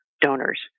donors